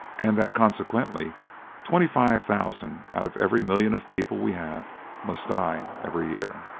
and that consequently twenty five thousand out of every million of people we have must die every year.